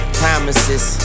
promises